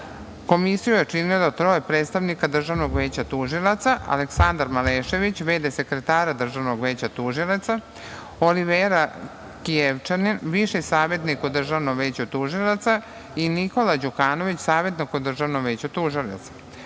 postupak. Komisiju je činilo troje predstavnika Državnog veća tužilaca, Aleksandar Malešević, vršilac dužnosti sekretara Državnog veća tužilaca, Olivera Kijevčanin, viši savetnik u Državnom veću tužilaca i Nikola Đukanović savetnik u Državnom veću tužilaca. Posle